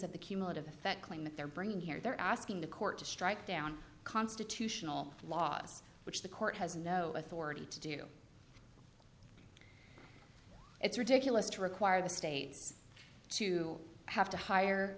of the cumulative effect claim that they're bringing here they're asking the court to strike down constitutional laws which the court has no authority to do it's ridiculous to require the states to have to hire